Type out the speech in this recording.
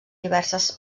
diverses